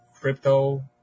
crypto